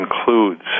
includes